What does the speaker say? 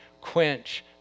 quench